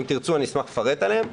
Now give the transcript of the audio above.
אם תרצו אני אשמח לפרט עליהם,